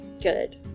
Good